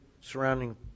surrounding